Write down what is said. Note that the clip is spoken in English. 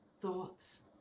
thoughts